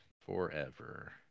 forever